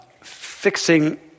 fixing